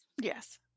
Yes